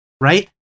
right